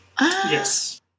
Yes